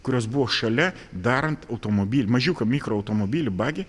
kurios buvo šalia darant automobilį mažiuką mikro automobilį bagį